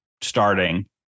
starting